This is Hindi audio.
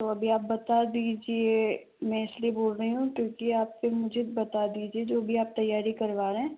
तो अभी आप बता दीजिए मैं इसलिए बोल रही हूँ क्योंकि आप फिर मुझे बता दीजिए जो भी आप तैयारी करवा रहे है